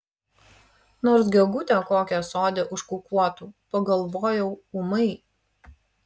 nors gegutė kokia sode užkukuotų pagalvojau ūmai